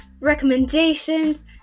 recommendations